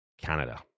Canada